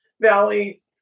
Valley